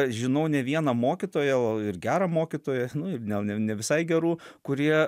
žinau ne vieną mokytoją o ir gerą mokytoją nu ir ne nevisai gerų kurie